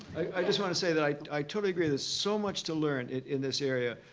i just want to say that i i totally agree. there's so much to learn in this area.